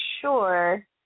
sure